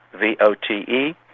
V-O-T-E